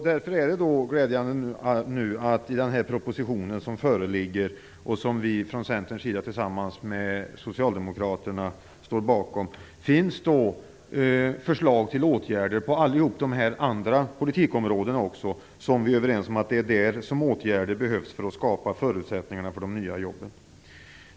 Därför är det nu glädjande att det i den proposition som föreligger och som vi från centerns sida tillsammans med socialdemokraterna står bakom finns förslag till åtgärder också på alla de andra politikområdena, på vilka vi är överens om att åtgärder behövs för att skapa förutsättningar för de nya jobben.